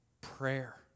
prayer